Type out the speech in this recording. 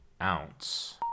ounce